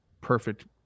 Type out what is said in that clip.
perfect